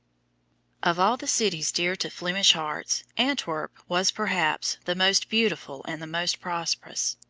of all the cities dear to flemish hearts antwerp was, perhaps, the most beautiful and the most prosperous.